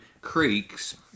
creeks